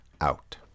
out